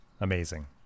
amazing